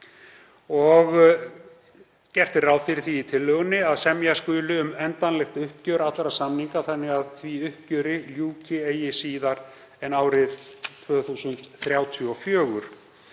Gert er ráð fyrir því í tillögunni að semja skuli um endanlegt uppgjör allra samninga þannig að því uppgjöri ljúki eigi síðar en árið 2034.